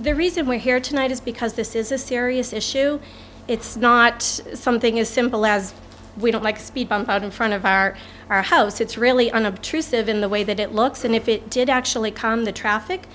the reason we're here tonight is because this is a serious issue it's not something as simple as we don't like a speed bump out in front of our our house it's really unobtrusive in the way that it looks and if it did actually come the traffic